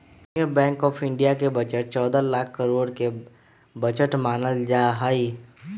union bank of India के budget चौदह लाख करोड के बजट मानल जाहई